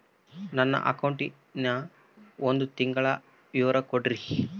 ನನ್ನ ಅಕೌಂಟಿನ ಒಂದು ತಿಂಗಳದ ವಿವರ ಕೊಡ್ರಿ?